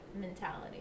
mentality